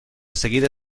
seguida